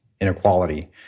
inequality